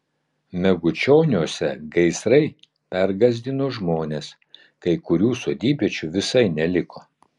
megučioniuose gaisrai pergąsdino žmones kai kurių sodybviečių visai neliko